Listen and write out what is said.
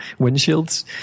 windshields